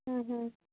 ಹ್ಞೂ ಹ್ಞೂ